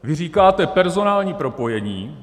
Vy říkáte personální propojení.